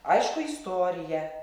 aišku istorija